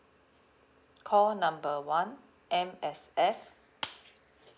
call number one M_S_F